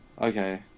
okay